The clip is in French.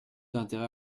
intérêt